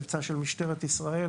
מבצע של משטרת ישראל,